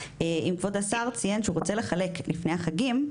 אם כבוד השאר ציין שהוא רוצה לחלק לפני החגים,